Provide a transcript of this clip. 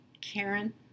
Karen